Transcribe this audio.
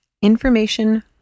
information